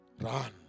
Run